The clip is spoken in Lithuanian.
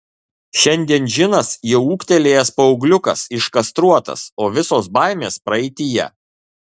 šiandien džinas jau ūgtelėjęs paaugliukas iškastruotas o visos baimės praeityje